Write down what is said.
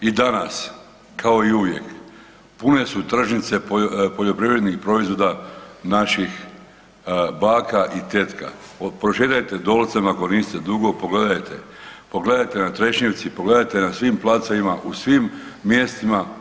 I danas kao i uvijek pune su tržnice poljoprivrednih proizvoda naših baka i tetka, prošetajte Dolcem ako niste dugo, pogledajte, pogledajte na Trešnjevci, pogledajte na svim placevima u svim mjestima.